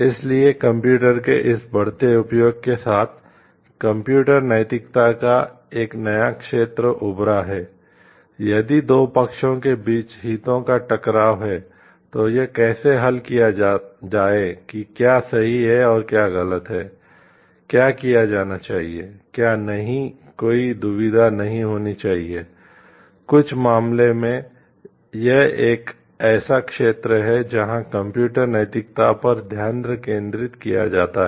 इसलिए कंप्यूटर नैतिकता पर ध्यान केंद्रित किया जाता है